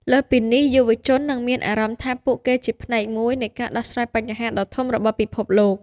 លើសពីនេះ យុវជននឹងមានអារម្មណ៍ថាពួកគេជាផ្នែកមួយនៃការដោះស្រាយបញ្ហាដ៏ធំរបស់ពិភពលោក។